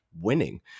Winning